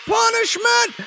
punishment